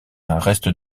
reste